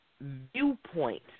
viewpoint